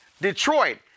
Detroit